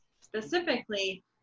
specifically